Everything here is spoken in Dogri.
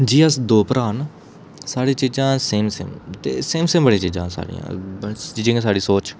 जि'यां अस दो भ्राऽ न साढ़ी चीज़ां सेम सेम न ते सेम सेम बड़ी चीज़ां न साढ़े ई जि'यां की साढ़ी सोच